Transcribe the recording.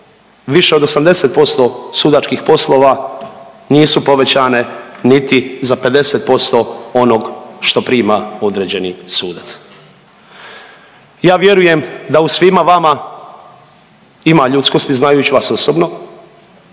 više od 80% sudačkih poslova nisu povećane niti za 50% onog što prima određeni sudac. Ja vjerujem da u svima vama ima ljudskosti znajući vas osobno